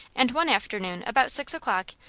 and one afternoon about six o'clock,